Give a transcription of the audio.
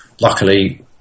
Luckily